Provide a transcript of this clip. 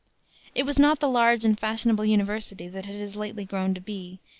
it was not the large and fashionable university that it has lately grown to be,